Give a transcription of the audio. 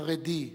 חרדי,